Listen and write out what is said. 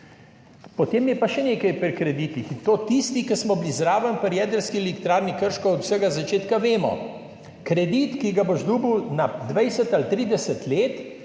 Potem je pa še nekaj pri kreditih in to tisti, ki smo bili zraven pri Jedrski elektrarni Krško od vsega začetka, vemo. Kredit, ki ga boš dobil na 20 ali 30 let,